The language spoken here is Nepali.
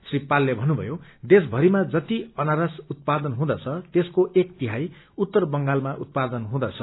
श्री पालले भन्नुभयो देशभरिमा जत्ति अनारस उत्पादन हुँदछ त्यसको एक तिहाई उत्तर बंगालमा उत्पाउन हुँदछ